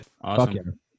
awesome